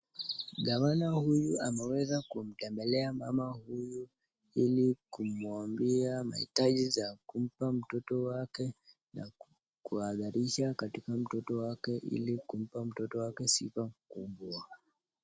Gavana huyu ameweza kumtembelea mama huyu ili kumwambia mahitaji za kumpa mtoto wake na kuwahadharisha katika mtoto wake ili kumpa mtoto wake sifa kubwa.